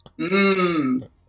Mmm